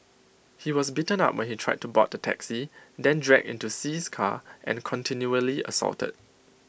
he was beaten up when he tried to board the taxi then dragged into See's car and continually assaulted